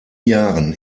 jahren